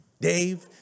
Dave